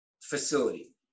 facility